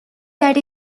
that